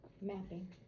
Mapping